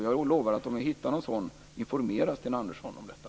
Jag lovar, om vi hittar någon sådan, att informera Sten Andersson om detta.